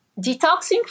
detoxing